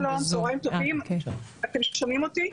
שלום, צוהריים טובים אתם שומעים אותי?